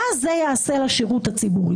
מה זה יעשה לשירות הציבורי?